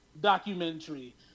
documentary